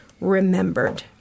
remembered